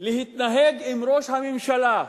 להתנהג עם ראש הממשלה,